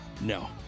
No